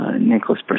Nicholas